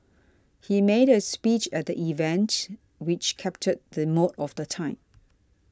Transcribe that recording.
he made a speech at the event which captured the mood of the time